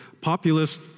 populist